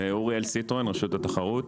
אוריאל סיטרואן רשות התחרות.